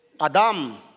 Adam